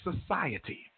society